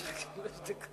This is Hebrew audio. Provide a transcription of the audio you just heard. שם זה היה חלום.